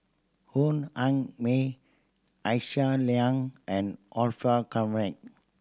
Hoon An May Aisyah Lyana and Orfeur Convent